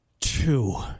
two